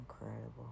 incredible